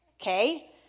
Okay